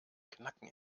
knacken